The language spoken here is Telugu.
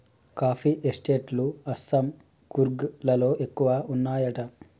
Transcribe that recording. కాఫీ ఎస్టేట్ లు అస్సాం, కూర్గ్ లలో ఎక్కువ వున్నాయట